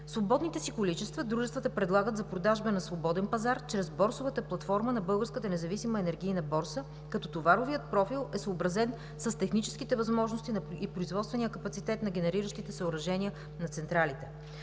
Свободните си количества дружествата предлагат за продажба на свободен пазар чрез борсовата платформа на Българската независима енергийна борса, като товаровият профил е съобразен с техническите възможности и производствения капацитет на генериращите съоръжения на централите.